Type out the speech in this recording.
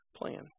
plan